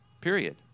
period